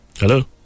hello